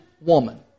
woman